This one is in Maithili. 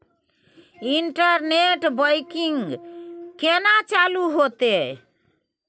इंटरनेट बैंकिंग केना चालू हेते?